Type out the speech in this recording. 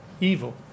evil